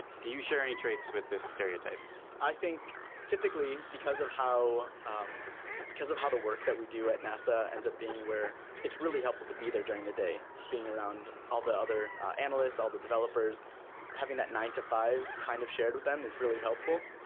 do you share any traits with this stereotype i think typically because of how um because of how the work that we do at nasa ends up being where it's really helpful to be there during the day being around all the other analysts all the developers having that nine zero to five zero kind of shared with them is really helpful.